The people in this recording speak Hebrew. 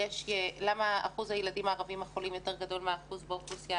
למה אחוז הילדים הערבים החולים יותר גדול מהאחוז באוכלוסייה,